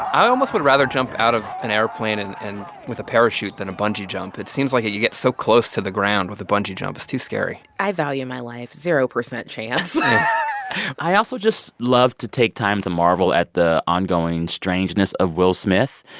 i almost would rather jump out of an airplane and and with a parachute than a bungee jump. it seems like you get so close to the ground with a bungee jump. it's too scary i value my life. zero percent chance i also just love to take time to marvel at the ongoing strangeness of will smith.